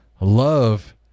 Love